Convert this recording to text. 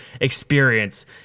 experience